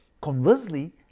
Conversely